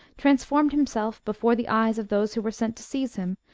trans formed himself, before the eyes of those who were sent to seize him,